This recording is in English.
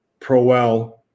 Prowell